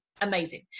amazing